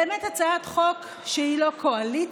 זו באמת הצעת חוק שהיא לא קואליציה,